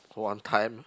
one time